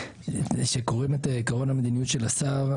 כשקוראים את עקרון המדיניות של השר,